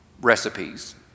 recipes